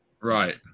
Right